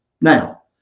Now